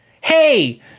Hey